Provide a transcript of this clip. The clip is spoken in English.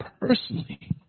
personally